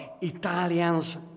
Italians